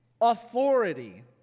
authority